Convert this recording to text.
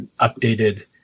updated